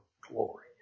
glory